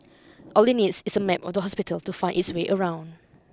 all it needs is a map of the hospital to find its way around